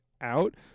out